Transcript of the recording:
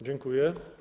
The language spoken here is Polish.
Dziękuję.